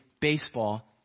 baseball